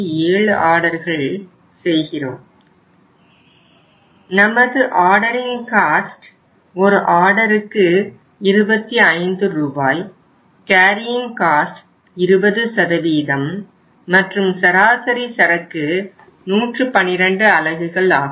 70 ஆர்டர்கள் செய்கிறோம் நமது ஆர்டரிங் காஸ்ட் 20 மற்றும் சராசரி சரக்கு 112 அலகுகள் ஆகும்